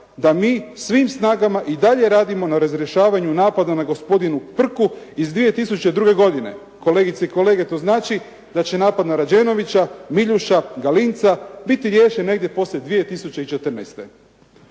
da mi svim snagama i dalje radimo na razrješavanju napada na gospodina Prku iz 2002. godine.» Kolegice i kolege to znači da će napad na Rađenovića, Miljuša, Galinca biti riješen negdje poslije 2014.